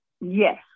Yes